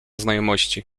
znajomości